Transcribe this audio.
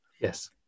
Yes